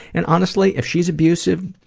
and honestly, if she's abusive,